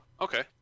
okay